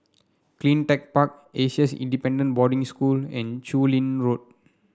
CleanTech Park A C S Independent Boarding School and Chu Lin Road